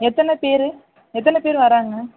எத்தனை பேரு எத்தனை பேரு வராங்க